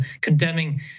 condemning